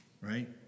right